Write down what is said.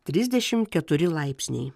trisdešim keturi laipsniai